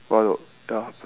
one O ya